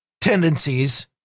tendencies